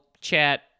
chat